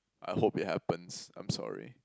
I hope it happens I'm sorry